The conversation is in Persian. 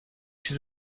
چیز